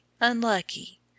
unlucky